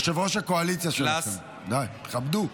ראש הקואליציה שלכם, די, תכבדו.